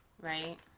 right